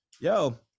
yo